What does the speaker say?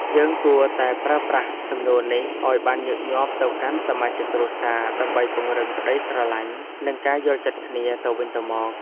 យើងគួរតែប្រើប្រាស់សំណួរនេះឱ្យបានញឹកញាប់ទៅកាន់សមាជិកគ្រួសារដើម្បីពង្រឹងក្ដីស្រឡាញ់និងការយល់ចិត្តគ្នាទៅវិញទៅមក។